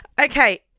Okay